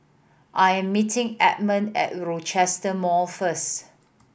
I am meeting Edmond at Rochester Mall first